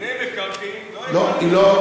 בענייני מקרקעין, לא הייתי, לא היא לא,